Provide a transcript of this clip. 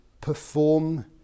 perform